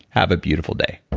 have a beautiful day